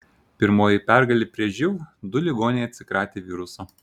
pirmoji pergalė prieš živ du ligoniai atsikratė viruso